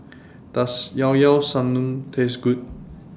Does Llao Llao Sanum Taste Good